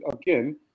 again